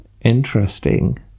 Interesting